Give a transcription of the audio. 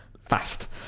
fast